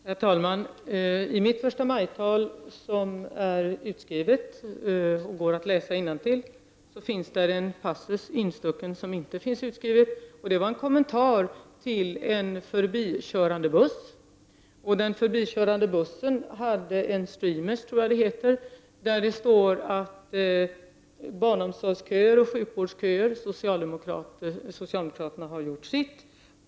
Herr talman! I mitt förstamajtal, som är utskrivet och går att läsa innantill, finns en passus infogad som inte finns utskriven. Det var en kommentar till en ”streamer” med ett stort moderat symbolmärke på en förbipasserande buss där det stod: Barnomsorgsköer och sjukvårdsköer — socialdemokraterna har gjort sitt.